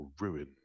ruin